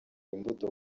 imbuto